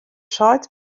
seit